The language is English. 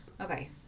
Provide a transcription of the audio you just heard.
Okay